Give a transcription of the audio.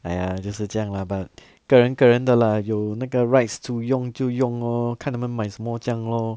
!aiya! 就是这样 lah but 个人个人的 lah 有那个 rights to 用就用 lor 看他们买什么这样 lor